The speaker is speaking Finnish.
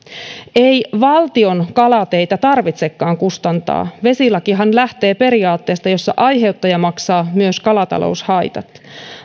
ei valtion kalateitä tarvitsekaan kustantaa vesilakihan lähtee periaatteesta jossa aiheuttaja maksaa myös kalataloushaitat